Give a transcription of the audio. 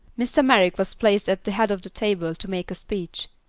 mr. merrick was placed at the head of the table to make a speech.